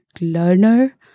learner